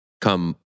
Come